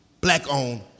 black-owned